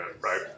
right